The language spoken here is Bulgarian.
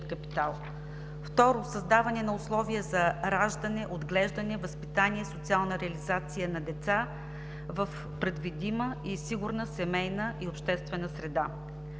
2. създаване на условия за раждане, отглеждане, възпитание и социална реализация на деца в предвидима и сигурна семейна и обществена среда;